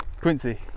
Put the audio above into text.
Quincy